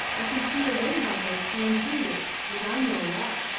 i can see a ring on those torn fingers which i know well.